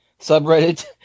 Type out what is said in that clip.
subreddit